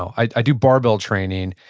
i do barbell training.